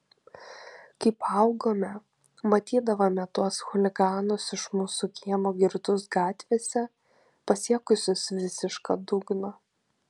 kai paaugome matydavome tuos chuliganus iš mūsų kiemo girtus gatvėse pasiekusius visišką dugną